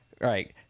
right